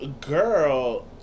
girl